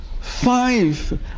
five